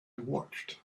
watched